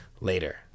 Later